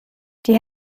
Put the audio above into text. die